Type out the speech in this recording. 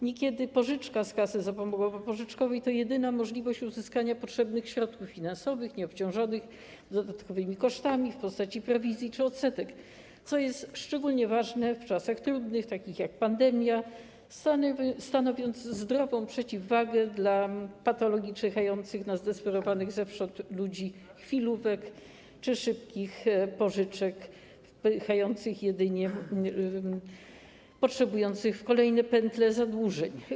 Niekiedy pożyczka z kasy zapomogowo-pożyczkowej to jedyna możliwość uzyskania potrzebnych środków finansowych, nieobciążonych dodatkowymi kosztami w postaci prowizji czy odsetek, co jest szczególnie ważne w czasach trudnych, takich jak pandemia, stanowiąc zdrową przeciwwagę dla patologii czyhających zewsząd na zdesperowanych ludzi chwilówek czy szybkich pożyczek, wpychających potrzebujących jedynie w kolejne pętle zadłużeń.